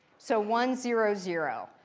so one, zero, zero,